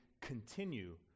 continue